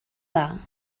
dda